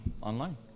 online